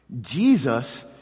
Jesus